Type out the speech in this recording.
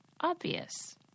obvious